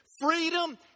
freedom